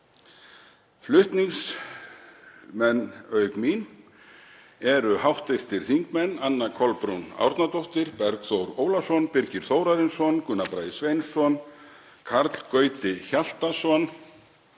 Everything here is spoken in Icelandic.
Flutningsmenn auk mín eru hv. þingmenn Anna Kolbrún Árnadóttir, Bergþór Ólason, Birgir Þórarinsson, Gunnar Bragi Sveinsson, Karl Gauti Hjaltason,